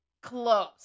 Close